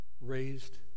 raised